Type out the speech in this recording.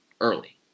early